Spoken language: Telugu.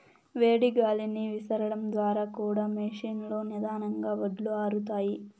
వేడి గాలిని విసరడం ద్వారా కూడా మెషీన్ లో నిదానంగా వడ్లు ఆరుతాయి